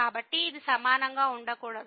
కాబట్టి ఇది సమానంగా ఉండకూడదు